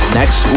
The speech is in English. next